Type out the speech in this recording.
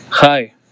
hi